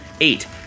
eight